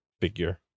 figure